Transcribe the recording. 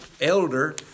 elder